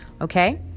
Okay